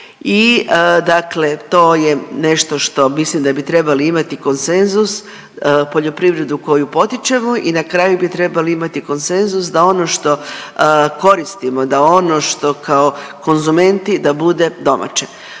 i dakle to je nešto što mislim da bi trebali imati konsenzus, poljoprivredu koju potičemo i na kraju bi trebali imati konsenzus da ono što koristimo, da ono što kao konzumenti da bude domaće.